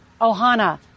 ohana